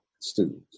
students